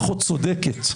פחות צודקת,